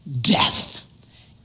death